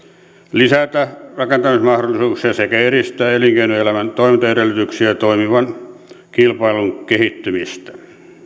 lisätä rakentamismahdollisuuksia sekä edistää elinkeinoelämän toimintaedellytyksiä ja toimivan kilpailun kehittymistä